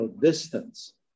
distance